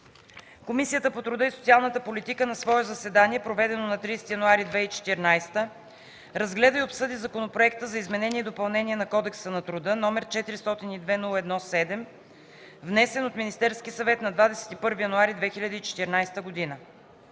Комисията по труда и социалната политика на свое заседание, проведено на 30 януари 2014 г., разгледа и обсъди Законопроект за изменение и допълнение на Кодекса на труда, № 402-01-7, внесен от Министерския съвет на 21 януари 2014 г.